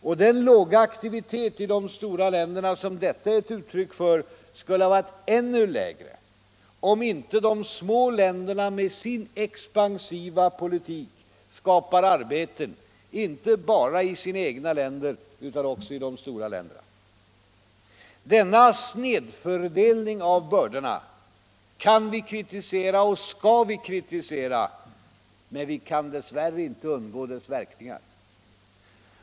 Och den låga aktivitet i de stora länderna som detta är ett uttryck för skulle ha varit ännu lägre om inte de små länderna med sin expansiva politik skapar arbeten, inte bara i sina egna länder utan också i de stora länderna. Denna snedfördelning av bördorna kan vi kritisera, och skall vi kri tisera, men vi kan dess värre inte undgå dess verkningar.